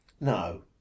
no